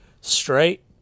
straight